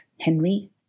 Henry